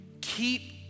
keep